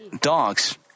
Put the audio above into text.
dogs